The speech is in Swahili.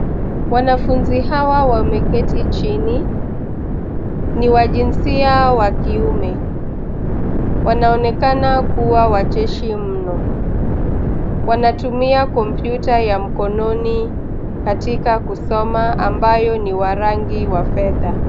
Wanafunzi hawa wameketi chini. Ni wa jinsia wa kiume. Wanaonekana kuwa wacheshi mno. Wanatumia kompyuta ya mkononi katika kusoma ambayo ni wa rangi ya fedha.